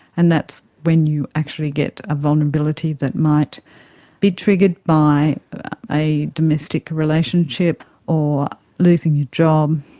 and that's when you actually get a vulnerability that might be triggered by a domestic relationship or losing your job,